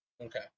okay